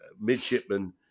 midshipman